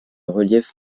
relief